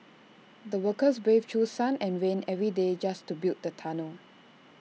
the workers braved through sun and rain every day just to build the tunnel